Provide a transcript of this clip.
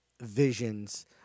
visions